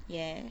ya